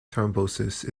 thrombosis